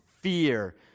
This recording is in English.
fear